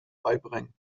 beibringen